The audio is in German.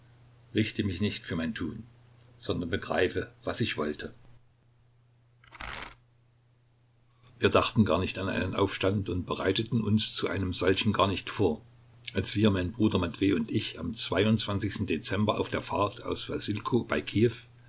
richte mich nicht für mein tun sondern begreife was ich wollte wir dachten gar nicht an einen aufstand und bereiteten uns zu einem solchen gar nicht vor als wir mein bruder matwej und ich am dezember auf der fahrt aus wassilkow bei